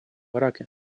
ираке